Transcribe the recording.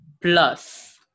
plus